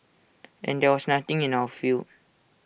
and there was nothing in our field